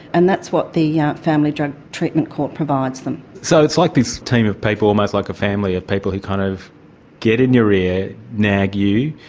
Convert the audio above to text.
and that's what the yeah family drug treatment court provides them. so it's like this team of people, almost like a family of people who kind of get in your ear, nag you,